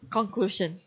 Conclusion